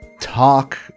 talk